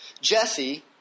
Jesse